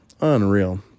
Unreal